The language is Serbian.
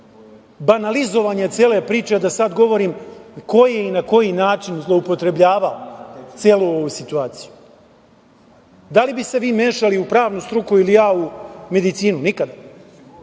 banalizovanje cele priče da sad govorim ko je i na koji način zloupotrebljavao celu ovu situaciju. Da li bi se vi mešali u pravnu struku ili ja u medicinu? Nikad.